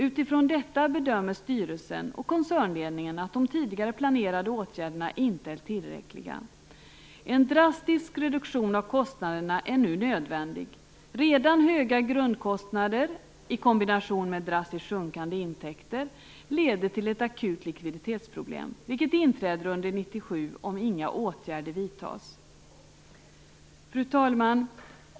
Utifrån detta bedömer styrelsen och koncernledningen att de tidigare planerade åtgärderna inte är tillräckliga. En drastisk reduktion av kostnaderna är nu nödvändig. Redan höga grundkostnader i kombination med drastiskt sjunkande intäkter leder till ett akut likviditetsproblem, vilket inträder under 1997 om inga åtgärder vidtas. Fru talman!